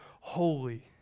holy